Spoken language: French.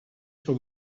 sur